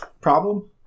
problem